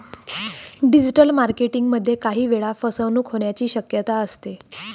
digital marketing मध्ये काही वेळा फसवणूक होण्याची शक्यता असते